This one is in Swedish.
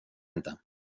inte